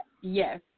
Yes